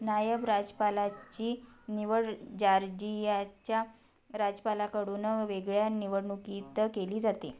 नायब राज्यपालाची निवड जार्जियाच्या राज्यपालाकडून वेगळ्या निवडणुकीत केली जाते